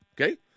Okay